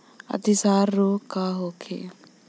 अतिसार रोग का होखे?